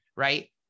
right